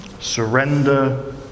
surrender